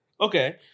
Okay